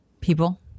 people